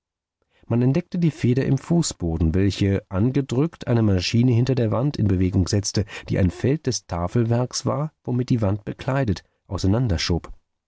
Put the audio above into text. man entdeckte die feder im fußboden welche angedrückt eine maschine hinter der wand in bewegung setzte die ein feld des tafelwerks womit die wand bekleidet